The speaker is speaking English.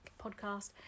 podcast